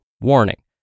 warning